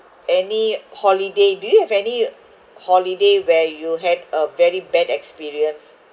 any holiday do you have any holiday when you had a very bad experience